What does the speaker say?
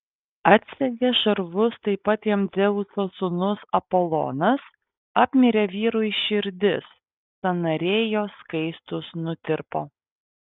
atsegė šarvus taip pat jam dzeuso sūnus apolonas apmirė vyrui širdis sąnariai jo skaistūs nutirpo